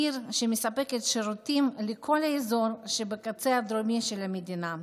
זו עיר שמספקת שירותים לכל האזור שבקצה הדרומי של המדינה,